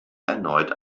erneut